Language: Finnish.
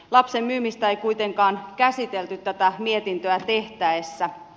lapsen myymistä ei kuitenkaan käsitelty tätä mietintöä tehtäessä